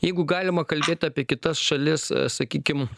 jeigu galima kalbėt apie kitas šalis sakykim